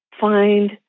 find